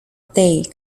they